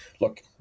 look